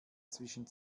zwischen